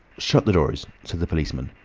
shut the doors, said the policeman.